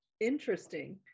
Interesting